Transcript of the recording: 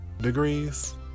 Degrees